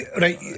right